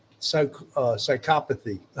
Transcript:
psychopathy